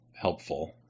helpful